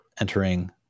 entering